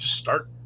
start